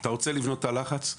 אתה רוצה לבנות תא לחץ?